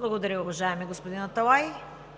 ПРЕДСЕДАТЕЛ ЦВЕТА